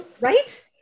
Right